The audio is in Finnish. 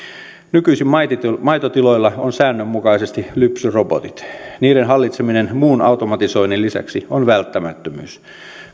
nykyisin maitotiloilla on säännönmukaisesti lypsyrobotit niiden hallitseminen muun automatisoinnin lisäksi on välttämättömyys